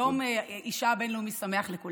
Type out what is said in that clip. יום אישה בין-לאומי שמח לכולם.